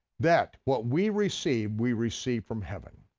that what we receive, we receive from heaven.